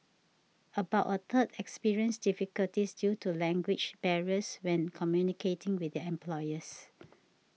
about a third experienced difficulties due to language barriers when communicating with their employers